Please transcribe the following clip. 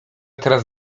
teraz